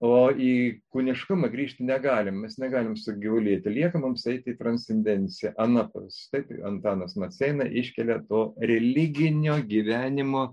o į kūniškumą grįžti negalim mes negalim sugyvulėti lieka mums eiti transcendencija anapus taip antanas maceina iškelia to religinio gyvenimo